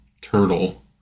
turtle